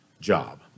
job